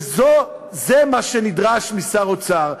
וזה מה שנדרש משר אוצר.